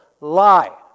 Lie